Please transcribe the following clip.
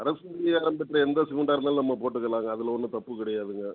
அதுதான் எந்த சிமிண்ட்டாக இருந்தாலும் நம்ம போட்டுக்கலாங்க ஒன்னும் தப்பு கிடையாதுங்க